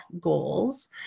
goals